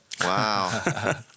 Wow